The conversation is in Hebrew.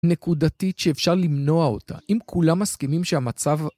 נקודתית שאפשר למנוע אותה. אם כולם מסכימים שהמצב